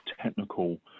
technical